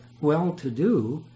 well-to-do